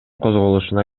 козголушуна